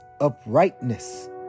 uprightness